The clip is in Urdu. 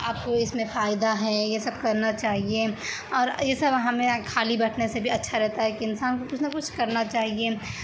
آپ کو اس میں فائدہ ہے یہ سب کرنا چاہیے اور یہ سب ہمیں خالی بیٹھنے سے بھی اچھا رہتا ہے کہ انسان کچھ نہ کچھ کرنا چاہیے